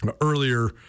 earlier